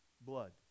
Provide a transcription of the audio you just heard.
Blood